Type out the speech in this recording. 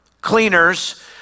cleaners